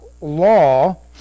law